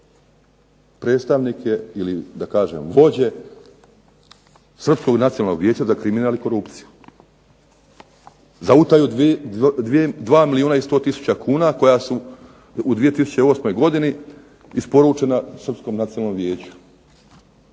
predstavnike ili kažem vođe Srpskog nacionalnog vijeća za kriminal i korupciju. Za utaju 2 milijuna i 100 tisuća kuna koja su u 2008. godini isporučena Srpskom nacionalnom vijeću.